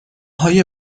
های